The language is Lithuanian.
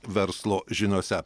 verslo žiniose